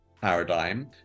paradigm